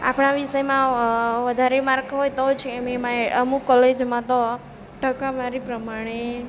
આપણા વિષયમાં વધારે માર્ક હોય તો જ એમએમાં અમુક કોલેજમાં તો ટકાવારી પ્રમાણે